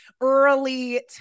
early